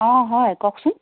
অঁ হয় কওকচোন